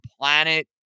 planet